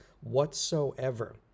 whatsoever